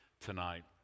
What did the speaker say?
tonight